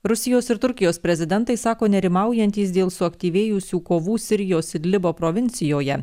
rusijos ir turkijos prezidentai sako nerimaujantys dėl suaktyvėjusių kovų sirijos idlibo provincijoje